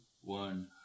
one